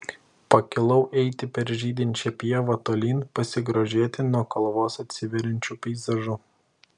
pakilau eiti per žydinčią pievą tolyn pasigrožėti nuo kalvos atsiveriančiu peizažu